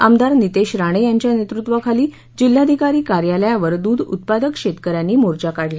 आमदार नितेश राणे यांच्या नेतृत्वाखाली जिल्हाधिकारी कार्यालयावर दुध उत्पादक शेतकऱ्यांनी मोर्चा काढला